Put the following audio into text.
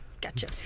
gotcha